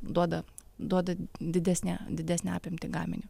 duoda duoda didesnę didesnę apimtį gaminiu